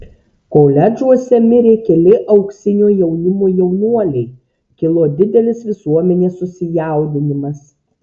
koledžuose mirė keli auksinio jaunimo jaunuoliai kilo didelis visuomenės susijaudinimas